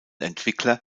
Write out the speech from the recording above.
entwickler